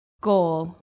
goal